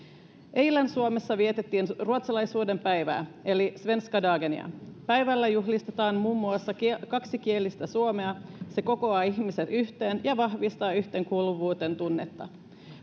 eilen suomessa vietettiin ruotsalaisuuden päivää eli svenska dagenia päivällä juhlistetaan muun muassa kaksikielistä suomea se kokoaa ihmiset yhteen ja vahvistaa yhteenkuuluvuuden tunnetta